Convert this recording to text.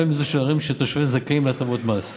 מזו של ערים שתושביהן זכאים להטבות מס.